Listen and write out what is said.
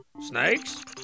snakes